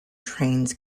trains